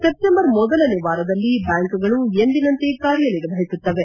ಸೆಪ್ಸಂಬರ್ ಮೊದಲನೇ ವಾರದಲ್ಲಿ ಬ್ಲಾಂಕ್ಗಳು ಎಂದಿನಂತೆ ಕಾರ್ಯ ನಿರ್ವಹಿಸುತ್ತವೆ